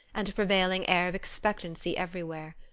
and a prevailing air of expectancy everywhere.